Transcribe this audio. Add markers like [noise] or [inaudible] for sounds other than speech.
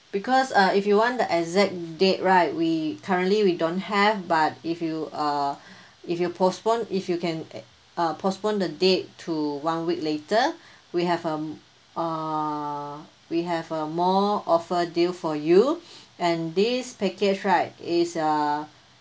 because uh if you want the exact date right we currently we don't have but if you uh [breath] if you postpone if you can [noise] uh postpone the date to one week later [breath] we have um uh we have a more offer deal for you [breath] and this package right is uh